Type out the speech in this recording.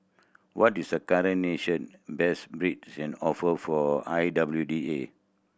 what is the current national best bid and offer for I W D A